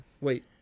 Wait